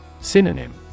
Synonym